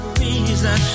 reason